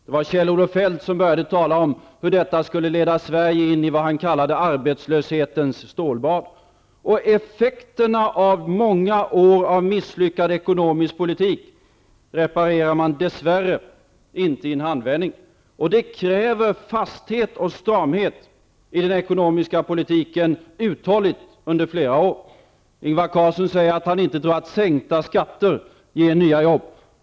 Det var Kjell-Olof Feldt som började tala om hur detta skulle leda Sverige in i, vad han kallade, arbetslöshetens stålbad. Effekterna av många års misslyckad ekonomisk politik reparerar man dess värre inte i en handvändning. Det kräver uthållig fasthet och stramhet under flera år i den ekonomiska politiken. Ingvar Carlsson säger att han inte tror att sänkta skatter ger nya jobb.